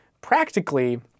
practically –